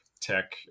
tech